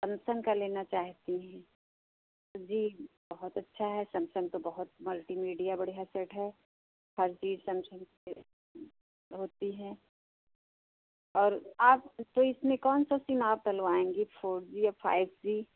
Samsung का लेना चाहती हैं जी बहुत अच्छा है सैमसंग तो बहुत मल्टिमीडिया बढ़िया सेट है हर चीज़ सैमसंग के होती है और आप तो इसमें कौन सा सिम आप डलवाएंगी फोर जी या फाइब जी